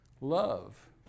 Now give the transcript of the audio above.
love